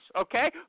Okay